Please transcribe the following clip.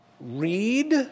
read